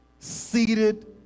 seated